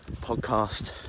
podcast